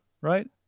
right